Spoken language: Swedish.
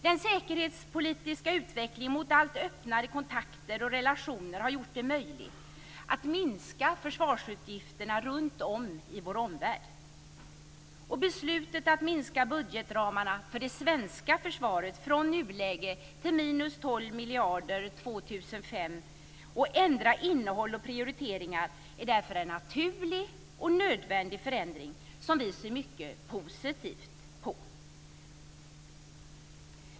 Den säkerhetspolitiska utvecklingen mot allt öppnare kontakter och relationer har gjort det möjligt att minska försvarsutgifterna runtom i vår omvärld. Beslutet att minska budgetramarna för det svenska försvaret från nuläge till minus 12 miljarder 2005 och ändra innehåll och prioriteringar är därför en naturlig och nödvändig förändring som vi ser mycket positivt på.